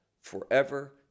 forever